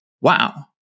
wow